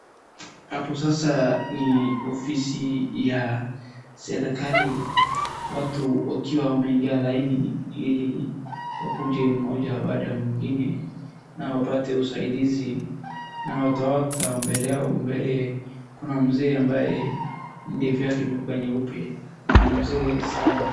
Hapo sasa ni ofisi ya serikali watu wakiwa wameingia laini ili wakuje mmoja baada ya mwingine na wapate usaidizi. Mbele kuna mzee ambaye ndevu yake imekua nyeupe ni mzee sana.